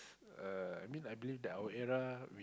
uh I mean I believe that our era we